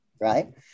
right